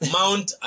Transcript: Mount